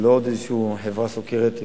זה לא עוד איזו חברה סוקרת פשוטה,